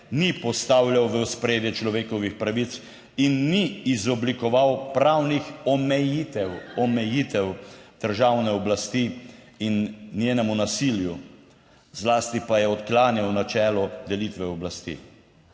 ni postavljal v ospredje človekovih pravic in ni izoblikoval pravnih omejitev, omejitev državne oblasti in njenemu nasilju, zlasti pa je odklanjal načelo delitve oblasti.